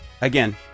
again